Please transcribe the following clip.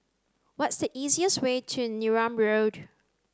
what's the easiest way to Neram Road